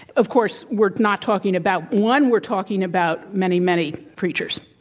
of course, we're not talking about one. we're talking about many, many creatures.